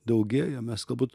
daugėjo mes galbūt